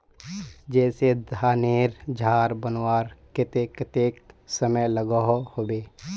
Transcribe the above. जैसे धानेर झार बनवार केते कतेक समय लागोहो होबे?